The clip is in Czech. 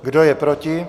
Kdo je proti?